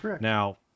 now